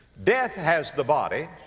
death has the body,